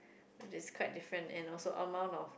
it's quite different and also amount on